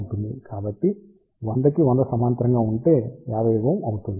కాబట్టి 100 కి 100 సమాంతరంగా ఉంటే 50Ω అవుతుంది